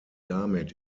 damit